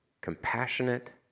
compassionate